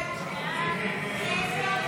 להלן תוצאות